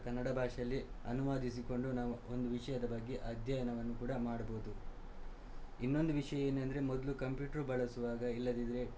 ಕನ್ನಡ ಭಾಷೆಯಲ್ಲಿ ಅನುವಾದಿಸಿಕೊಂಡು ನಾವು ಒಂದು ವಿಷಯದ ಬಗ್ಗೆ ಅಧ್ಯಯನವನ್ನು ಕೂಡ ಮಾಡಬೋದು ಇನ್ನೊಂದು ವಿಷಯ ಏನು ಅಂದರೆ ಮೊದಲು ಕಂಪ್ಯೂಟ್ರ್ ಬಳಸುವಾಗ ಇಲ್ಲದಿದ್ದರೆ